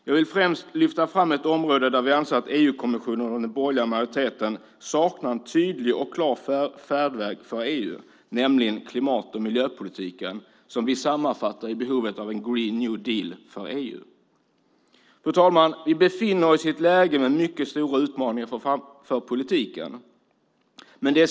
Jag vill främst lyfta fram ett område där vi anser att EU-kommissionen och den borgerliga majoriteten saknar en tydlig och klar färdväg för EU, nämligen klimat och miljöpolitiken som vi sammanfattar i behovet av en green new deal för EU. Fru talman! Vi befinner oss i ett läge med mycket stora utmaningar för politiken.